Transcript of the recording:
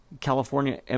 California